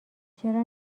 چرا